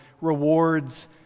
rewards